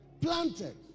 Planted